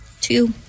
Two